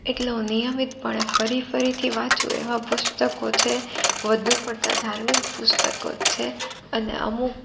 એટલે હું નિયમિત પણે ફરી ફરીથી વાંચું એવા પુસ્તકો છે વધુ પડતા ધાર્મિક પુસ્તકો છે અને અમુક